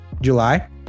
July